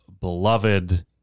beloved